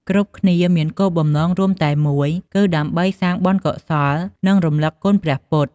គ្រប់គ្នាមានគោលបំណងរួមតែមួយ គឺដើម្បីសាងបុណ្យកុសល និងរំលឹកគុណព្រះពុទ្ធ។